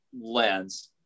lens